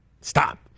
stop